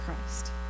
Christ